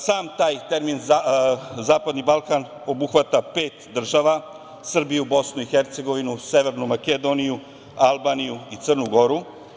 Sam taj termin Zapadni Balkan obuhvata pet država – Srbiju, Bosnu i Hercegovinu, Severnu Makedoniju, Albaniju i Crnu Goru.